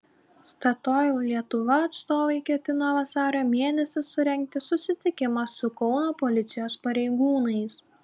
statoil lietuva atstovai ketina vasario mėnesį surengti susitikimą su kauno policijos pareigūnais